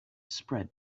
spread